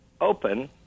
open